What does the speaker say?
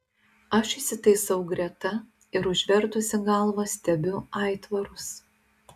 aš įsitaisau greta ir užvertusi galvą stebiu aitvarus